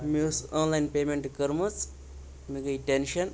مےٚ ٲس آنلاین پیمیٚنٛٹہٕ کٔرمٕژ مےٚ گٔے ٹیٚنشَن